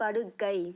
படுக்கை